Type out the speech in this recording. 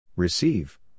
Receive